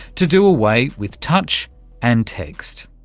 to do away with touch and text.